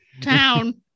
town